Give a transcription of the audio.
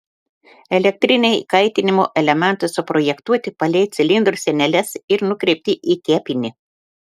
elektriniai kaitinimo elementai suprojektuoti palei cilindro sieneles ir nukreipti į kepinį